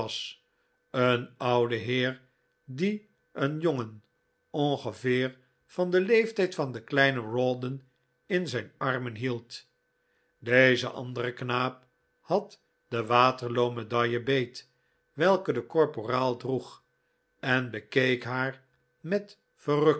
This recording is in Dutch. een ouden heer die een jongen ongeveer van den leeftijd van den kleinen rawdon in zijn armen hield deze andere knaap had de waterloo medaille beet welke de korporaal droeg en bekeek haar met